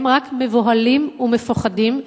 הם רק מבוהלים ומפוחדים,